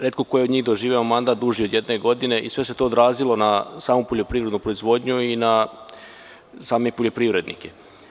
Retko koji od njih je doživeo mandat duži od jedne godine i sve se to odrazilo na samu poljoprivrednu proizvodnju i na same poljoprivrednike.